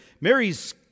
Mary's